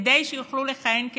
כדי שיוכלו לכהן כשרים,